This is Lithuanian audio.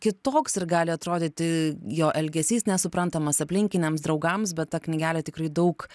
kitoks ir gali atrodyti jo elgesys nesuprantamas aplinkiniams draugams bet ta knygelė tikrai daug